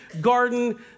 garden